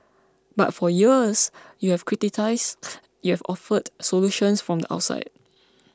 but for years you have criticised you have offered solutions from the outside